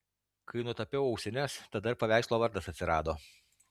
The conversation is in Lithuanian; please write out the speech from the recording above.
kai nutapiau ausines tada ir paveikslo vardas atsirado